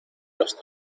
los